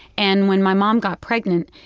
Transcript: and when my mom got pregnant,